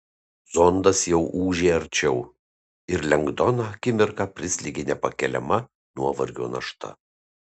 zondas jau ūžė arčiau ir lengdoną akimirką prislėgė nepakeliama nuovargio našta